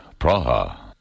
Praha